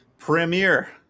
Premiere